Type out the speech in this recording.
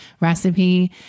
recipe